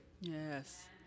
Yes